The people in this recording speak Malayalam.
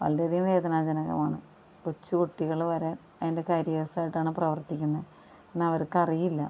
വളരെയധികം വേദനാജനകമാണ് കൊച്ച് കുട്ടികള് വരെ അതിൻ്റെ കാരിയേഴ്സ്സായിട്ടാണ് പ്രവർത്തിക്കുന്നത് എന്നവർക്കറിയില്ല